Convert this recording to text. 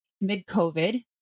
mid-COVID